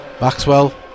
Maxwell